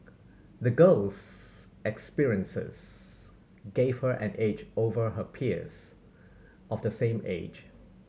the girl's experiences gave her an edge over her peers of the same age